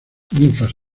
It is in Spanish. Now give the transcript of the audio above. ninfas